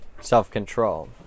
self-control